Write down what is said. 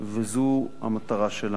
וזו המטרה שלנו.